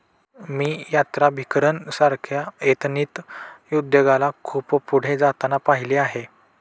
मी यात्राभिकरण सारख्या एथनिक उद्योगाला खूप पुढे जाताना पाहिले आहे